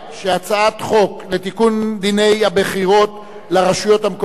חוק לתיקון דיני הבחירות לרשויות המקומיות